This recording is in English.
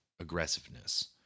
aggressiveness